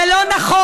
זה לא נכון.